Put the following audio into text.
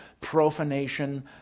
profanation